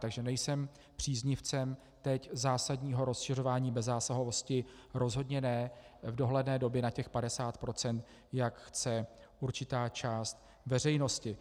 Takže nejsem příznivcem teď zásadního rozšiřování bezzásahovosti, rozhodně ne v dohledné době na těch 50 %, jak chce určitá část veřejnosti.